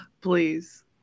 please